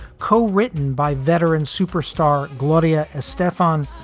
co-written by veteran superstar gloria estefan,